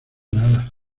nada